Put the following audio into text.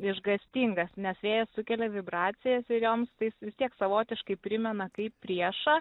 išgąstingas nes vėjas sukelia vibracijas ir joms tai vis tiek savotiškai primena kaip priešą